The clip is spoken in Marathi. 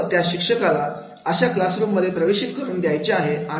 फक्त त्या शिक्षकाला अशा क्लास रूम मध्ये प्रवेशित करून घ्यायचे आहे